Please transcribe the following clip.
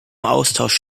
austausch